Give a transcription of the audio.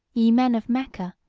ye men of mecca,